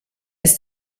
ist